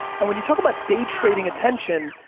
and when you talk about day trading attention,